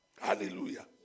Hallelujah